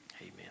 amen